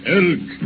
elk